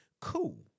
cool